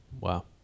Wow